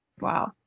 Wow